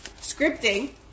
scripting